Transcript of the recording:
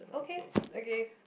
okay okay